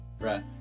right